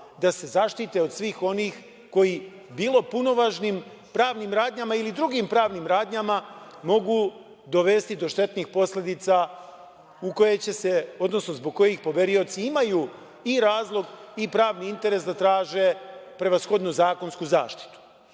da se zaštite od svih onih koji bilo punovažnim pravnim radnjama ili drugim pravnim radnjama mogu dovesti do štetnih posledica zbog kojih poverioci imaju i razlog i pravni interes da traže, prevashodno, zakonsku zaštitu. Ono